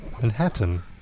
Manhattan